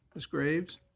ms. graves.